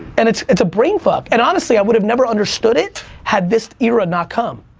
and it's it's a brain fuck, and honestly i would've never understood it had this era not come.